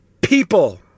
people